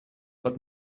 but